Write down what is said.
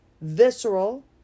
visceral